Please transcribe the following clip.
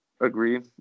Agree